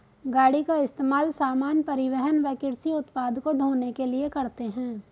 गाड़ी का इस्तेमाल सामान, परिवहन व कृषि उत्पाद को ढ़ोने के लिए करते है